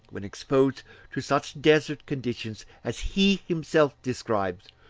when exposed to such desert conditions as he himself describes,